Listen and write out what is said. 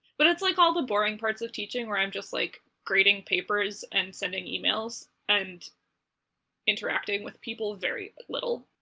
but it's, like, all the boring parts of teaching where i'm just, like, grading papers and sending emails, and interacting with people very little.